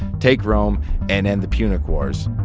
take rome and end the punic wars